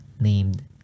named